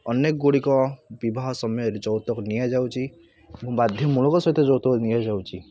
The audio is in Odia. ଅନେକଗୁଡ଼ିକ ବିବାହ ସମୟରେ ଯୌତୁକ ନିଆଯାଉଛି ବାଧ୍ୟତାମୂଳକର ସହିତ ଯୌତୁକ ନିଆଯାଉଛି